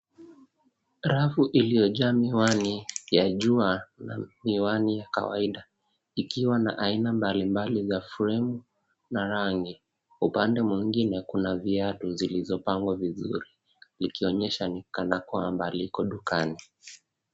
Rafu iliyojaa miwani ya jua na miwani ya kawaida, ikiwa na aina mbalimbali za fremu na rangi. Upande mwingine kuna viatu zilizopangwa vizuri. Likionyesha ni kana kwamba liko dukani.